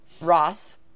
Ross